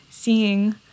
seeing